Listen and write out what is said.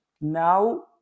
now